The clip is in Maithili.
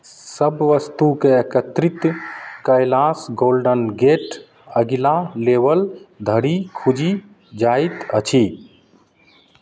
सभ वस्तुकेँ एकत्रित कयलासँ गोल्डन गेट अगिला लेवल धरि खुजि जाइत अछि